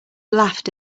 laughed